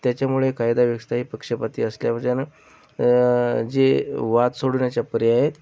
त्याच्यामुळे कायदाव्यवस्था ही पक्षपाती असल्या एवजानं जे वाद सोडवण्याचा पर्याय आहे